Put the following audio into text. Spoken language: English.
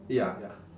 ya ya